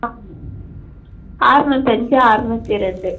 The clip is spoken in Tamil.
ஆமாம் ஆறநூற்றி அஞ்சு ஆறநூற்றி ரெண்டு